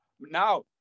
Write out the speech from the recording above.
now